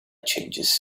changes